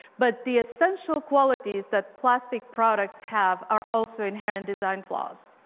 but the essential qualities that plastic products have are also inherent design flaws.